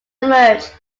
emerged